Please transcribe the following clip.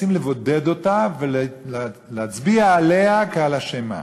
אלא על בסיס יישום ווידוא של המעשים.